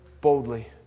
boldly